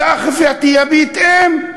האכיפה תהיה בהתאם.